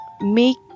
make